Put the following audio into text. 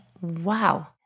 Wow